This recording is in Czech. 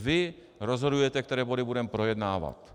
Vy rozhodujete, které body budeme projednávat.